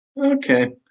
Okay